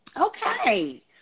Okay